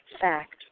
fact